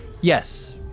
yes